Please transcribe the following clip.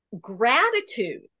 Gratitude